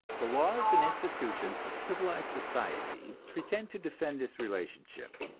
the laws and institutions of civilized society pretend to defend this relationship,